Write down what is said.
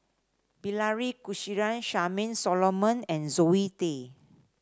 Bilahari Kausikan Charmaine Solomon and Zoe Tay